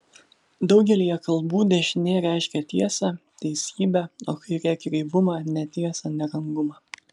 daugelyje kalbų dešinė reiškia tiesą teisybę o kairė kreivumą netiesą nerangumą